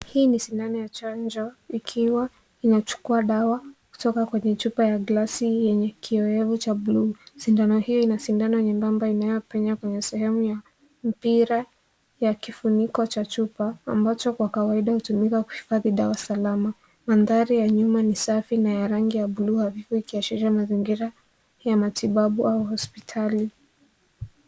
Hii ni sindano ya chanjo ikiwa inachukua dawa kutoka kwenye chupa ya gilasi yenye kiowevu cha bluu. Sindano hii ina sindano nyembamba inayopenya kwenye sehemu ya mpira ya kifuniko cha chupa ambacho kwa kawaida hutumika kuhifadhi dawa salama. Mandhari ya nyuma ni safi na ya rangi ya bluu hafifu ikiashiria mazingira ya matibabu au hospitali.